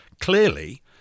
clearly